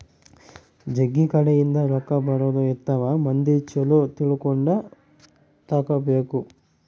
ಜಗ್ಗಿ ಕಡೆ ಇಂದ ರೊಕ್ಕ ಬರೋದ ಇರ್ತವ ಮಂದಿ ಚೊಲೊ ತಿಳ್ಕೊಂಡ ತಗಾಬೇಕು